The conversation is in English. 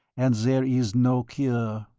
and there is no cure.